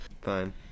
Fine